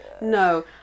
No